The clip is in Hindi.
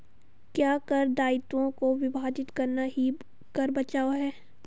क्या कर दायित्वों को विभाजित करना ही कर बचाव है?